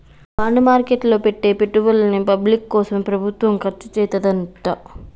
bond market లో పెట్టే పెట్టుబడుల్ని పబ్లిక్ కోసమే ప్రభుత్వం ఖర్చుచేత్తదంట